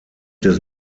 des